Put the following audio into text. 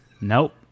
Nope